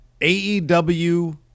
AEW